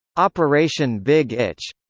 operation big itch